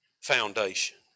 foundation